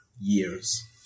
years